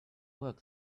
work